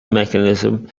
mechanism